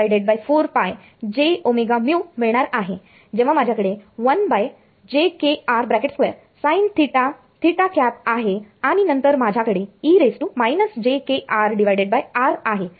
तर मला IΔz4π jωμ मिळणार आहे जेव्हा माझ्याकडे आहे आणि नंतर माझ्याकडे आहे